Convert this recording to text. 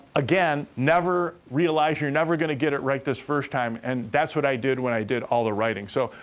again, never realize you're never gonna get it right this first time, and that's what i did when i did all the writing. so,